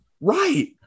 Right